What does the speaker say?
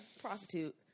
prostitute